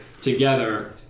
together